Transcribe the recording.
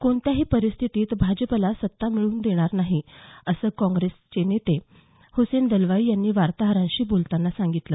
कोणत्याही परिस्थितीत भाजपला सत्ता मिळू देणार नाही असं काँग्रेस नेते हसेन दलवाई यांनी वार्ताहरांशी बोलताना सांगितलं